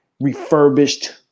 refurbished